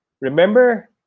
remember